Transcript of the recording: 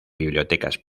bibliotecas